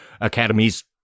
academies